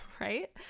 right